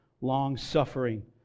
long-suffering